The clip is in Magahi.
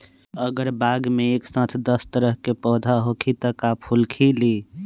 अगर बाग मे एक साथ दस तरह के पौधा होखि त का फुल खिली?